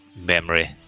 memory